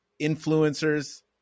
influencers